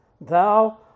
thou